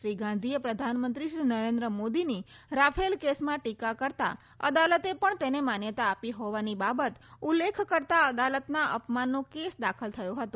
શ્રી ગાંધીએ પ્રધાનમંત્રી શ્રી નરેન્દ્ર મોદીની રાફેલ કેસમાં ટીકા કરતાં અદાલતે પણ તેને માન્યતા આપી હોવાની બાબત ઉલ્લેખ કરતાં અદાલતના અપમાનનો કેસ દાખલ થયો હતો